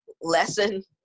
lesson